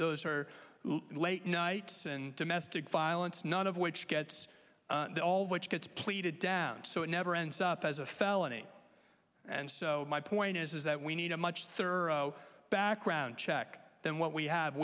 those are late nights and domestic violence none of which gets all which gets pleaded down so it never ends up as a felony and so my point is is that we need a much thorough background check than what we have